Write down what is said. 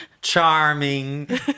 charming